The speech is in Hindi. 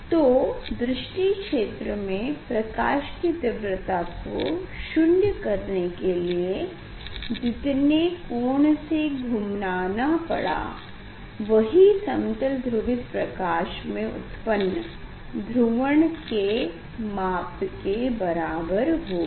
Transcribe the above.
तो दृष्टि क्षेत्र में प्रकाश की तीव्रता को शून्य करने के लिए जीतने कोण से घूमाना पड़ा वही समतल ध्रुवित प्रकाश में उत्पन्न ध्रुवण घूर्णन के माप के बराबर होगा